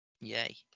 Yay